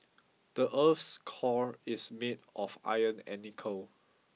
the earth's core is made of iron and nickel